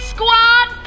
Squad